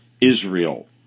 Israel